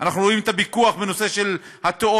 אנחנו רואים את הפיקוח בנושא של התיאוריות,